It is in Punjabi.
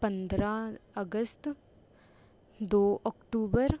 ਪੰਦਰਾਂ ਅਗਸਤ ਦੋ ਔਕਟੂਬਰ